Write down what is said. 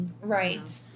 right